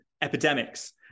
epidemics